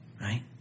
right